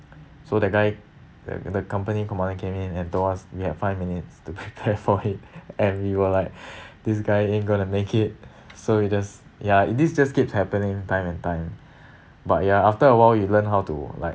so that guy the the company commander came in and told us we have five minutes to prepare for it and we were like this guy ain't gonna make it so we just ya this just keeps happening time and time but ya after a while he learn how to like